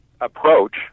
approach